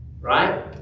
Right